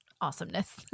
awesomeness